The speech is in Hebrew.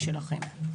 במה משלכם.